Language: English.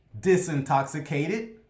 disintoxicated